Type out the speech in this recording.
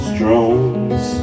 drones